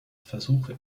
versuche